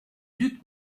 duc